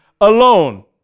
alone